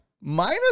minus